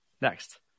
Next